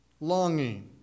longing